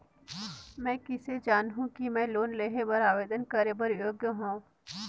मैं किसे जानहूं कि मैं लोन लेहे बर आवेदन करे बर योग्य हंव?